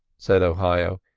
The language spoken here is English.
said ohio.